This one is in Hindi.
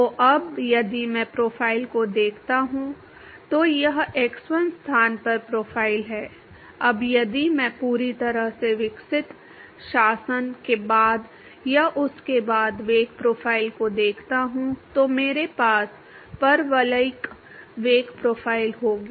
तो अब यदि मैं प्रोफ़ाइल को देखता हूं तो यह X1 स्थान पर प्रोफ़ाइल है अब यदि मैं पूरी तरह से विकसित शासन के बाद या उसके बाद वेग प्रोफ़ाइल को देखता हूं तो मेरे पास परवलयिक वेग प्रोफ़ाइल होगी